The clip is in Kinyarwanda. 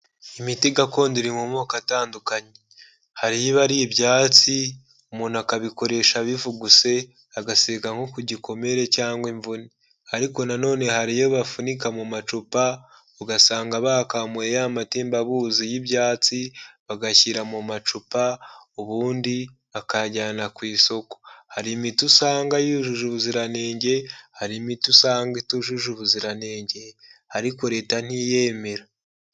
Imiti gakondo iri mumoko atandukanye. Hari iba ari ibyatsi , umuntu akabikoresha bivuguse agasiga nko ku gikomere cyangwa imvune. Ariko nanone hari iyo bafunika mu maducupa ugasanga bakamuye ya matembabuzi y'ibyatsi bagashyira mu maducupa , ubundi bakanyajyana ku isoko . Hari imiti usanga yujuje ubuziranenge , hari imiti usanga itujuje ubuziranenge ; ariko leta ntiyemera .